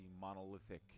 monolithic –